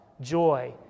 joy